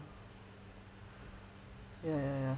ya ya ya